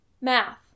Math